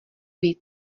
víc